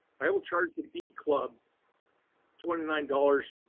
i will charge the bee club twenty nine dollars